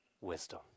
wisdom